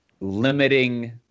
limiting